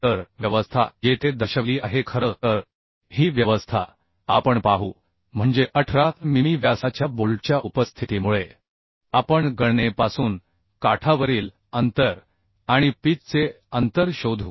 तर व्यवस्था येथे दर्शविली आहे खरं तर ही व्यवस्था आपण पाहू म्हणजे 18 मिमी व्यासाच्या बोल्टच्या उपस्थितीमुळे आपण गणनेपासून काठावरील अंतर आणि पिच चे अंतर शोधू